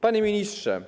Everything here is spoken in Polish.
Panie Ministrze!